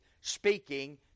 speaking